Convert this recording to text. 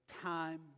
time